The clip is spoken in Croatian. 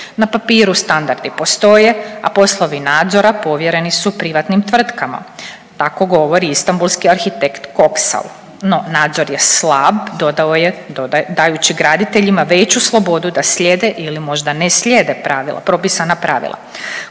Na papiru standardi postoje, a poslovi nadzora povjereni su privatnim tvrtkama tako govori istambulski arhitekt Koksal. No, nadzor je slab dodao je dajući graditeljima veću slobodu da slijede ili možda ne slijede pravila, propisana pravila.